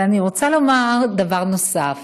אבל אני רוצה לומר דבר נוסף.